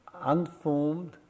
unformed